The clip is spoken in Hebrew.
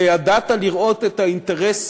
וידעת לראות את האינטרס